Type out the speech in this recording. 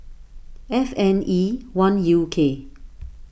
F N E one U K